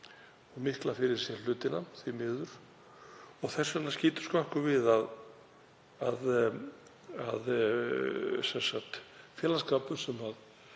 og mikla fyrir sér hlutina, því miður. Þess vegna skýtur skökku við að félagsskapur sem